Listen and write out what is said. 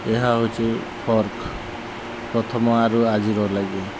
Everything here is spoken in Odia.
ଏହା ହେଉଛି ଫର୍କ ପ୍ରଥମରୁ ଆଜିର ଲାଗେ